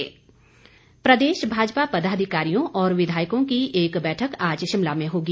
बैठक प्रदेश भाजपा पदाधिकारियों और विधायकों की एक बैठक आज शिमला में होगी